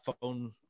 phone